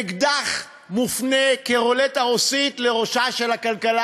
אקדח מופנה כרולטה רוסית לראשה של הכלכלה